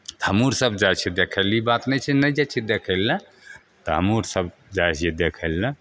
हमहूँ आर सब जाइ छियै देखै लए ई बात नहि छै नहि जाइ छियै देखै लए तऽ हमहूँ आर सब जाइ छियै देखै लए